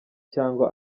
cyangwa